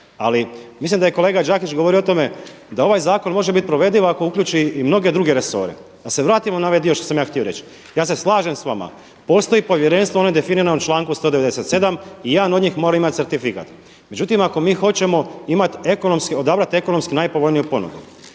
ali mislim da je kolega Đakić govorio o tome da ovaj zakon može biti provediv ako uključi i mnoge druge resore. Da se vratim na ovaj dio što sam ja htio reći, ja se slažem s vama, postoji povjerenstvo ono je definirano u članku 197. i jedan od njih mora imati certifikat. Međutim ako mi hoćemo odabrati ekonomski najpovoljniju ponudu